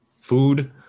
food